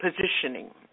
positioning